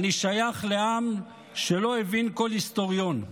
/ אני שייך לעם שלא הבין כל היסטוריון.